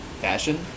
fashion